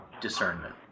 discernment